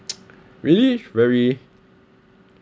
really very